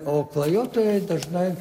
o klajotojai dažnai